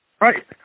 Right